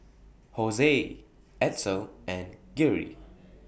Hosea Edsel and Geary